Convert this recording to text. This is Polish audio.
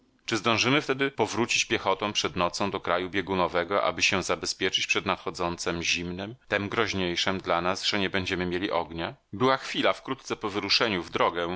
czy zdążymy wtedy powrócić piechotą przed nocą do kraju biegunowego aby się zabezpieczyć przed nadchodzącem zimnem tem groźniejszem dla nas że nie będziemy mieli ognia była chwila wkrótce po wyruszeniu w drogę